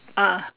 ah